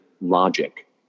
logic